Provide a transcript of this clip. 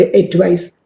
advice